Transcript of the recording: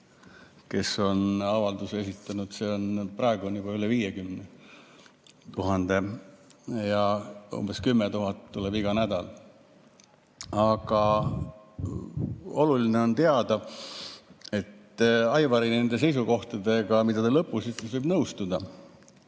kes on avalduse esitanud, praegu on juba üle 50 000 ja umbes 10 000 tuleb iga nädal. Aga oluline on öelda, et Aivari seisukohtadega, mis ta lõpus ütles, võib nõustuda.